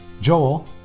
Joel